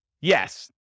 Yes